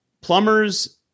Plumbers